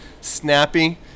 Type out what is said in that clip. snappy